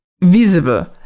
visible